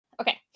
Okay